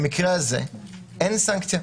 במקרה הזה אין סנקציה.